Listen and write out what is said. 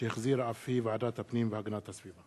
שהחזירה ועדת הפנים והגנת הסביבה.